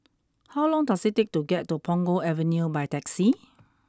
how long does it take to get to Punggol Avenue by taxi